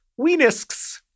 Weenisks